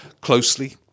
closely